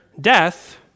death